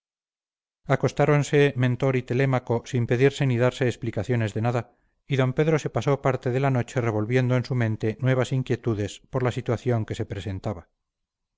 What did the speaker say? siguiente acostáronse mentor y telémaco sin pedirse ni darse explicaciones de nada y d pedro se pasó parte de la noche revolviendo en su mente nuevas inquietudes por la situación que se presentaba